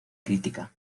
crítica